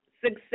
success